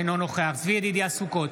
אינו נוכח צבי ידידיה סוכות,